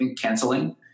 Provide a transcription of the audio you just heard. Canceling